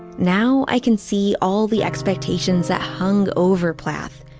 now i can see all the expectations that hung over plath.